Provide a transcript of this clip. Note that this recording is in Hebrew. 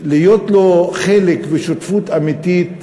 לו חלק ושותפות אמיתית